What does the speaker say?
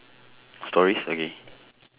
stories okay